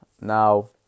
Now